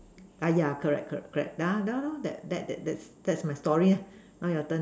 ah ya correct correct correct tha~ tha~ that that that that's my story ah now your turn